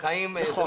ולי.